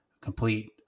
complete